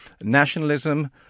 nationalism